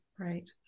Right